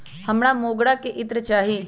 हमरा मोगरा के इत्र चाही